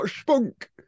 Spunk